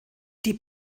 die